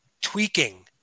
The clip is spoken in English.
tweaking